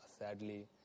Sadly